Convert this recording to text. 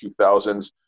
2000s